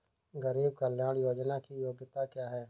गरीब कल्याण योजना की योग्यता क्या है?